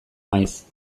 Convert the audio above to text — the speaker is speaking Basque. maiz